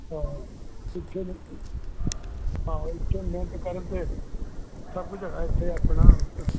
ਹਾਂ ਇੱਥੇ ਹਾਂ ਇੱਥੇ ਮਿਹਨਤ ਕਰਨ ਤਾਂ ਸਭ ਕੁਝ ਹੈਗਾ ਇੱਥੇ ਆਪਣਾ